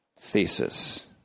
thesis